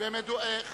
הם אמרו לו כבר לרדת.